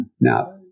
Now